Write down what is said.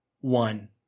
one